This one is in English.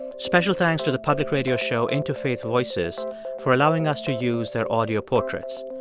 special thanks to the public radio show interfaith voices for allowing us to use their audio portraits.